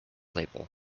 label